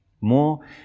more